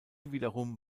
wiederum